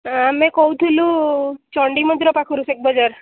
ଆମେ କହୁଥିଲୁ ଚଣ୍ଡିମନ୍ଦିର ପାଖରୁ ଶେଖ୍ ବଜାର